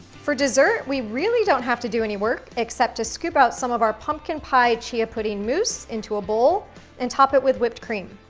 for dessert, we really don't have to do any work, except to scoop out some of our pumpkin pie chia pudding mousse into a bowl and top it with whipped cream.